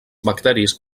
bacteris